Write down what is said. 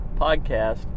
podcast